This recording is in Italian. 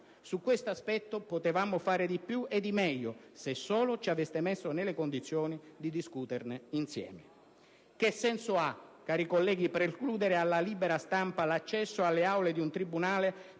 Su questo aspetto potevano fare di più e di meglio se solo ci aveste messo nelle condizioni di discuterne insieme. Che senso ha, cari colleghi, precludere alla libera stampa l'accesso alle aule di un tribunale